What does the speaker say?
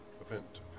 event